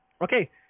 Okay